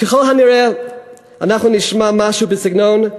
ככל הנראה אנחנו נשמע משהו בסגנון,